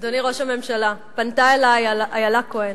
אדוני ראש הממשלה, פנתה אלי איילה כהן.